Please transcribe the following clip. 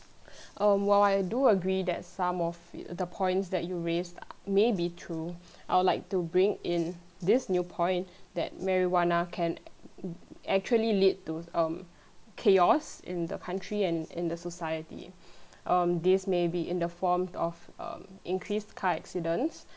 um while I do agree that some of the points that you raised a~ may be true I would like to bring in this new point that marijuana can actually lead to um chaos in the country and in the society um this may be in the form of uh increased car accidents